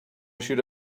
should